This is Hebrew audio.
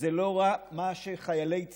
זה לא מה שחיילי צה"ל,